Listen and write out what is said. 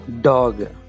dog